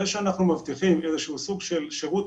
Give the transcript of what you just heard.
זה שאנחנו מבטיחים איזשהו סוג של שירות